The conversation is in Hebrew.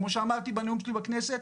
כמו שאמרתי בנאום שלי בכנסת,